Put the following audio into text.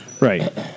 Right